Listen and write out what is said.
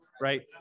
right